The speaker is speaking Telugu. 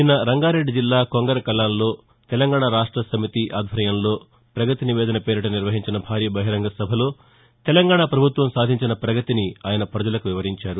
నిన్న రంగారెడ్డి జిల్లా కొంగర కలాన్లో తెలంగాణ రాష్టసమితి ఆధ్వర్యంలో ప్రగతినివేదన పేరిట నిర్వహించిన భారీ బహిరంగ సభలో తెలంగాణ ప్రభుత్వం సాధించిన ప్రగతిని ఆయన ప్రపజలకు వివరించారు